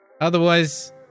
Otherwise